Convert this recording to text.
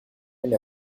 and